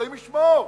אלוהים ישמור,